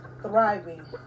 thriving